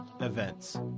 events